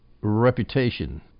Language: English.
reputation